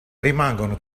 rimangono